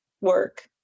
work